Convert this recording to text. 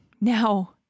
Now